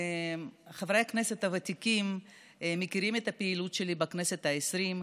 חברי הכנסת הוותיקים מכירים את הפעילות שלי בכנסת העשרים,